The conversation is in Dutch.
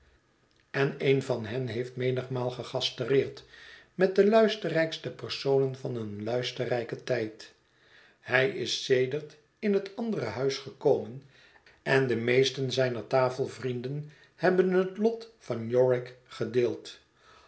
en een van hen heeft menigmaal gegastereerd met de luisterrijkste personen van een luisterrijken tijd hij is sedert in het andere huis gekomen en de meesten zijner tafelvrienden hebben het lot van yorick gedeeld